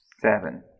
Seven